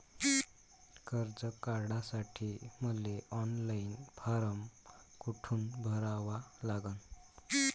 कर्ज काढासाठी मले ऑनलाईन फारम कोठून भरावा लागन?